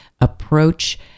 approach